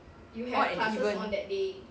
odd and even